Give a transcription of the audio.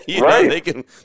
Right